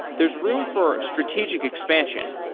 there's room for strategic expansion,